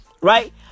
Right